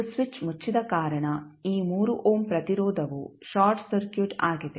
ಮತ್ತು ಸ್ವಿಚ್ ಮುಚ್ಚಿದ ಕಾರಣ ಈ 3 ಓಮ್ ಪ್ರತಿರೋಧವು ಶಾರ್ಟ್ ಸರ್ಕ್ಯೂಟ್ ಆಗಿದೆ